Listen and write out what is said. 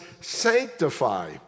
sanctify